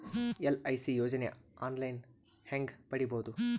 LIC ಯೋಜನೆ online ಹೇಂಗ ಪಡಿಬಹುದು?